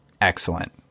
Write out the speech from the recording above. excellent